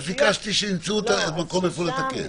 --- אז ביקשתי שימצאו את המקום לתקן.